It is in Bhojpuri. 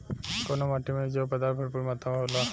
कउना माटी मे जैव पदार्थ भरपूर मात्रा में होला?